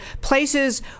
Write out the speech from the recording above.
places